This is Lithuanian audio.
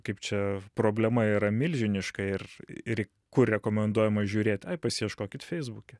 kaip čia problema yra milžiniška ir ir kur rekomenduojama žiūrėt aj pasiieškokit feisbuke